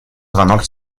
звонок